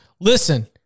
listen